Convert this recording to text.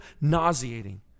nauseating